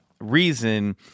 reason